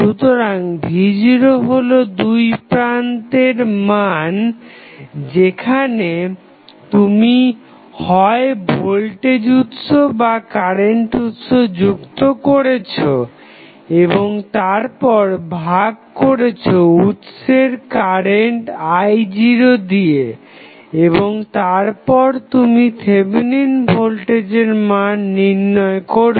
সুতরাং v0 হলো দুই প্রান্তের মান যেখানে তুমি হয় ভোল্টেজ উৎস অথবা কারেন্ট উৎস যুক্ত করেছো এবং তারপর ভাগ করেছো উৎসের কারেন্ট i0 দিয়ে এবং তারপর তুমি থেভেনিন ভোল্টেজের মান নির্ণয় করবে